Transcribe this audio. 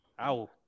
Ow